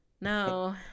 no